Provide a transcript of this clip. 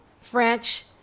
French